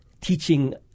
teaching